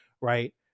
Right